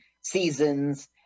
seasons